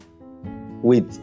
Wait